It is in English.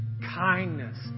Kindness